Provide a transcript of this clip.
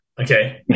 Okay